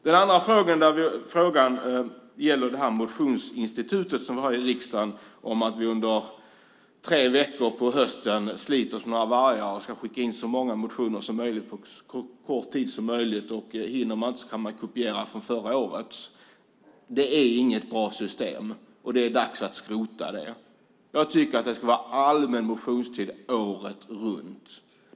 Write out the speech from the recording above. Den andra frågan gäller det motionsinstitut som vi har i riksdagen, där vi under tre veckor på hösten sliter som vargar och ska skicka in så många motioner som möjligt på så kort tid som möjligt - om man inte hinner kan man kopiera motionerna från förra året. Det är inget bra system, och det är dags att skrota det. Jag tycker att det ska vara allmän motionstid året runt.